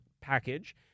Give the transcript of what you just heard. package